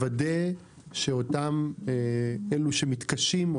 לוודא שאותם אלו שמתקשים,